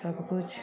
सभकिछु